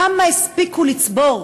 כמה הספיקו לצבור,